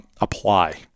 apply